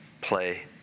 play